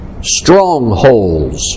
strongholds